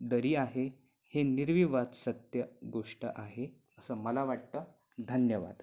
दरी आहे हे निर्विवाद सत्य गोष्ट आहे असं मला वाटतं धन्यवाद